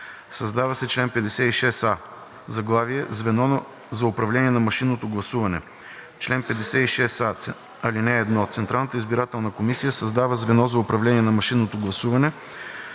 Създава се чл. 56а: „ Звено за управление на машинното гласуване. Чл. 56а. (1) Централната избирателна комисия създава звено за управление на машинното гласуване,